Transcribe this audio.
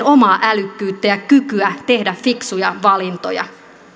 omaa älykkyyttä ja kykyä tehdä fiksuja valintoja